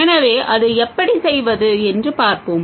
எனவே அதை எப்படி செய்வது என்று பார்ப்போம்